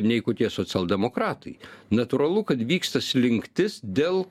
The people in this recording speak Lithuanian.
nei kokie socialdemokratai natūralu kad vyksta slinktis dėl